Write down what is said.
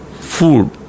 food